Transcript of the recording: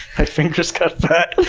my fingers got fat.